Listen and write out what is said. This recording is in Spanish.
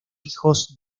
hijos